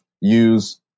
use